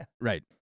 right